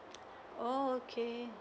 oo okay